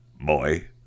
boy